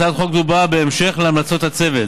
הצעת חוק זו באה בהמשך להמלצות הצוות.